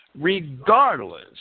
regardless